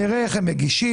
נראה איך הם מגישים,